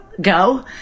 go